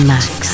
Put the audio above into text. Max